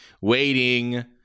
waiting